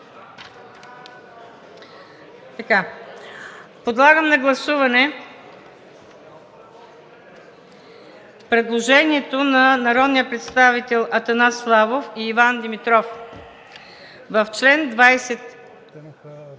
Подлагам на гласуване предложението на народните представители Атанас Славов и Иван Димитров с